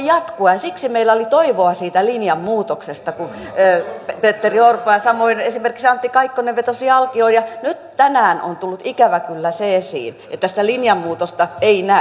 ja siksi meillä oli toivoa siitä linjanmuutoksesta kun petteri orpo ja samoin esimerkiksi antti kaikkonen vetosivat alkioon ja nyt tänään on tullut ikävä kyllä se esiin että sitä linjanmuutosta ei näy